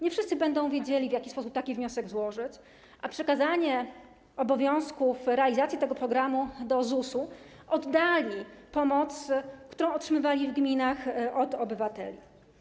Nie wszyscy będą wiedzieli, w jaki sposób taki wniosek złożyć, a przekazanie obowiązków dotyczących realizacji tego programu do ZUS-u oddali pomoc, którą otrzymywali w gminach od obywateli.